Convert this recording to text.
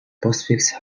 postfixes